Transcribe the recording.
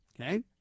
okay